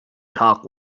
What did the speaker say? talk